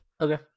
Okay